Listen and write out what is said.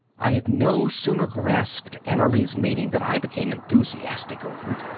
i had no sooner grasped annerly's meaning than i became enthusiastic over it.